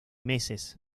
meses